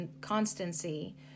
constancy